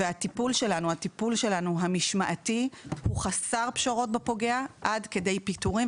והטיפול המשמעתי שלנו הוא חסר פשרות בפוגע עד כדי פיטורין.